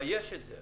אז יש את זה.